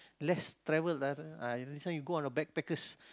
less travel ah next time you go on a backpackers